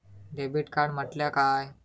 Debit card म्हटल्या काय?